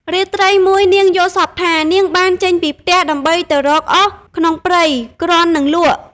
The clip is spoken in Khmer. រាត្រីមួយ នាងយល់សប្តិថា នាងបានចេញពីផ្ទះ ដើម្បីទៅរកអុសក្នុងព្រៃ គ្រាន់នឹងលក់ ។